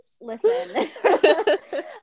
listen